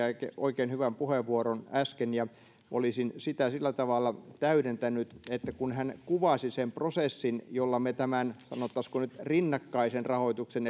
oikein hyvän puheenvuoron äsken ja olisin sitä tällä tavalla täydentänyt kun hän kuvasi sen prosessin jolla me tämän sanottaisiinko nyt rinnakkaisen rahoituksen